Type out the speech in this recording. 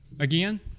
Again